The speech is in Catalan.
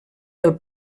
del